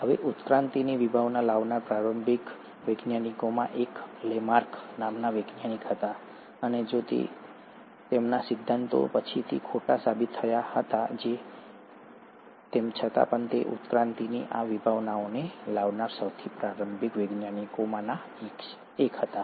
હવે ઉત્ક્રાંતિની વિભાવના લાવનાર પ્રારંભિક વૈજ્ઞાનિકોમાંના એક લેમાર્ક હતા અને જો કે તેમના સિદ્ધાંતો પછીથી ખોટા સાબિત થયા હતા તેમ છતાં તે ઉત્ક્રાંતિની આ જ વિભાવનાને લાવનારા સૌથી પ્રારંભિક વૈજ્ઞાનિકોમાંના એક હતા